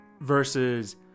versus